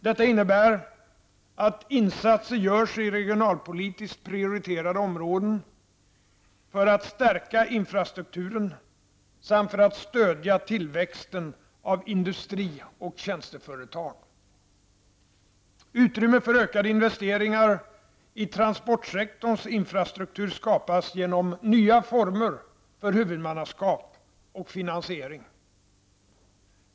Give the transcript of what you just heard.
Detta innebär att insatser görs i regionalpolitiskt prioriterade områden för att stärka infrastrukturen samt för att stödja tillväxten av industri och tjänsteföretag. Utrymme för ökade investeringar i transportsektorns infrastruktur skapas genom nya former för huvudmannaskap och finansiering.